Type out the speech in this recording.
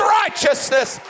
righteousness